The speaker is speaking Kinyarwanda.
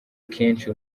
kenshi